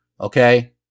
Okay